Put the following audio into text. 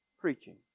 preaching